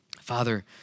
Father